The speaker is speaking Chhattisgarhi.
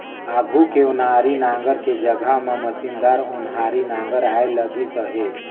आघु के ओनारी नांगर के जघा म मसीनदार ओन्हारी नागर आए लगिस अहे